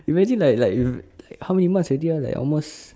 imagine like like you how many months already ah like almost